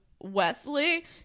Wesley